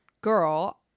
girl